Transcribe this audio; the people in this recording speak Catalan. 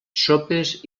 sopes